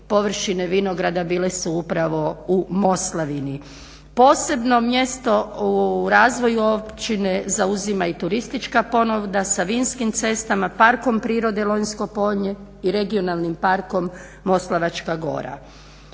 površine vinograda bile su upravo u Moslavini. Posebno mjesto u razvoju općine zauzima i turistička ponuda sa vinskim cestama, Parkom prirode Lonjsko polje i regionalnim Parkom Moslavačka gora.